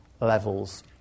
levels